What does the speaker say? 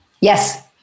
Yes